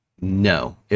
No